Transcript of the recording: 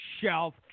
shelf